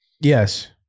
Yes